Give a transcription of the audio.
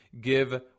give